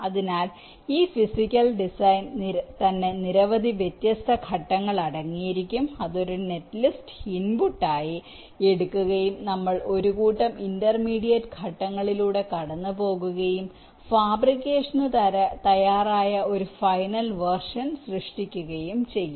അതിനാൽ ഈ ഫിസിക്കൽ ഡിസൈനിൽ തന്നെ നിരവധി വ്യത്യസ്ത ഘട്ടങ്ങൾ അടങ്ങിയിരിക്കും അത് ഒരു നെറ്റ്ലിസ്റ്റ് ഇൻപുട്ടായി എടുക്കുകയും നമ്മൾ ഒരു കൂട്ടം ഇന്റർമീഡിയറ്റ് ഘട്ടങ്ങളിലൂടെ കടന്നുപോകുകയും ഫാബ്രിക്കേഷന് തയ്യാറായ ഒരു ഫൈനൽ വേർഷൻ സൃഷ്ടിക്കുകയും ചെയ്യും